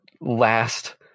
last